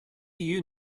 you